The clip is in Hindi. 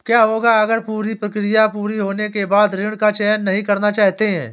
क्या होगा अगर हम पूरी प्रक्रिया पूरी होने के बाद ऋण का चयन नहीं करना चाहते हैं?